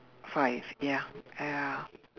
five ya ya